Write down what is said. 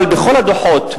אבל בכל הדוחות,